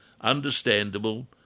understandable